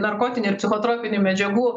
narkotinių ir psichotropinių medžiagų